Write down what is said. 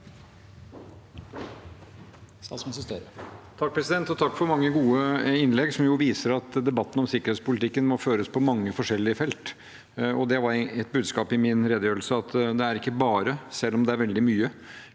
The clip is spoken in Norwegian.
Takk for mange gode innlegg, som viser at debatten om sikkerhetspolitikken må føres på mange forskjellige felt. Det var også et budskap i min redegjørelse, at selv om veldig mye